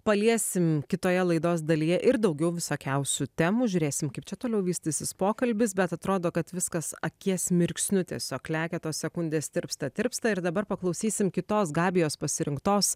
paliesim kitoje laidos dalyje ir daugiau visokiausių temų žiūrėsim kaip čia toliau vystysis pokalbis bet atrodo kad viskas akies mirksniu tiesiog lekia tos sekundės tirpsta tirpsta ir dabar paklausysim kitos gabijos pasirinktos